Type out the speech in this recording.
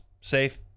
safe